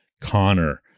Connor